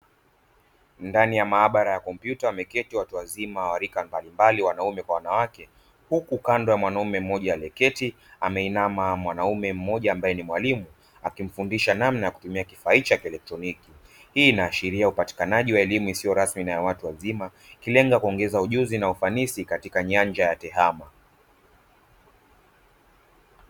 Ndani ya maabara ya kompyuta wameketi watu wazima wa rika mbalimbali, wanaume kwa wanawake, huku kando ya mwanaume mmoja aliyeketi ameinama mwanaume mmoja ambaye ni mwalimu, akimfundisha namna ya kutumia kifaa cha kielektroniki. Hii inaashiria upatikanaji wa elimu isiyo rasmi na ya watu wazima, ikilenga kuongeza ujuzi na ufanisi katika nyanja ya tehama.